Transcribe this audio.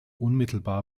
unmittelbar